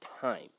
time